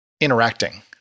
interacting